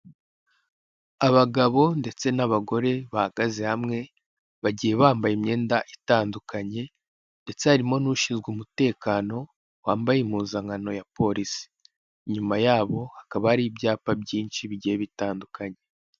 Abagabo ndetse n'abagore bahagaze hamwe bagiye bambaye imyenda itandukanye. Ndetse harimo n'ushinzwe umutekano wambaye impuzankano ya polisi, inyuma yabo hakaba hari ibyapa byinshi bigiye bitandukanye